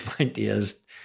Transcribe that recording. ideas